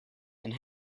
and